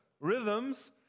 rhythms